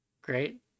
Great